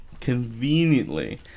Conveniently